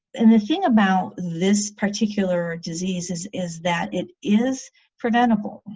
and the thing about this particular disease is is that it is preventable,